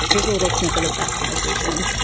here's a little snippet of that conversation